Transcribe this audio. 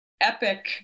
epic